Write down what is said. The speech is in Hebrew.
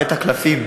"בית הקלפים",